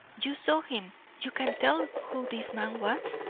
you saw him you can tell who this man was?